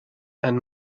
and